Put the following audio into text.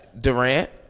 Durant